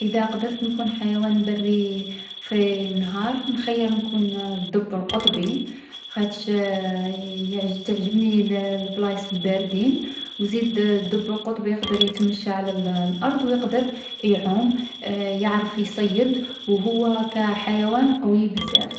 ادا قدرت نكون حيوان بري في نهار، نخيّر نكون الدب القطبي. خاطش يـ تعجبني الـ البلايص الباردين. و يزيد الدب القطبي يقدر يتمشى على الـ الأرض و يقدر يعوم. يعرف يصيّد و هو كحيوان قوي بزاف.